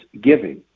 giving